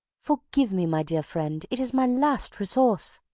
forgive me, my dear friend, it is my last resource.